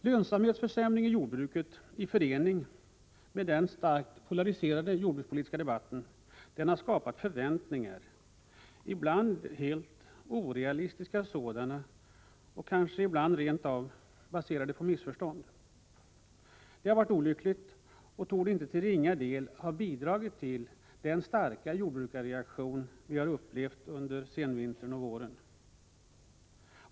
Lönsamhetsförsämringen i jordbruket i förening med den starkt polariserade jordbrukspolitiska debatten har skapat förväntningar — ibland helt orealistiska sådana och stundom kanske rent av baserade på missförstånd. Det har varit olyckligt och torde till inte ringa del ha bidragit till den starka jordbrukarreaktionen under vintern och senvåren.